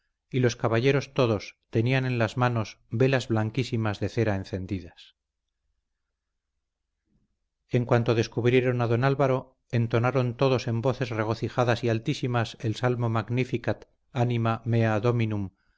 y los caballeros todos tenían en las manos velas blanquísimas de cera encendidas en cuanto descubrieron a don álvaro entonaron todos en voces regocijadas y altísimas el salmo magnificat anima mea dominum